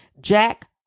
Jack